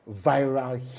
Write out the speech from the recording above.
Viral